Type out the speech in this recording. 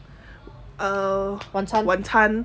uh 晚餐